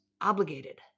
obligated